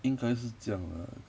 应该是这样 lah